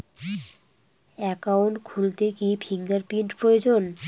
Account খুলতে কি fingerprint প্রয়োজন?